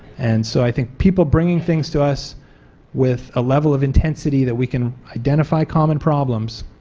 and so i think people bringing things to us with a level of intensity that we can identify common problems,